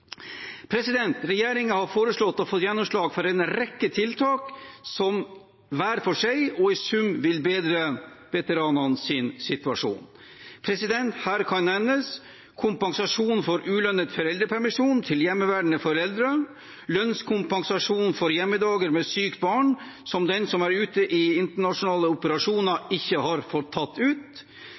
har foreslått og fått gjennomslag for en rekke tiltak som hver for seg og i sum vil bedre veteranenes situasjon. Her kan nevnes kompensasjon for ulønnet foreldrepermisjon til hjemmeværende foreldre, lønnskompensasjon for hjemmedager med sykt barn som den som er ute i internasjonale operasjoner, ikke har fått tatt ut,